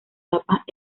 tapas